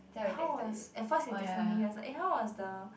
how was at first he texted me he was like how was the